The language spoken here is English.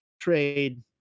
trade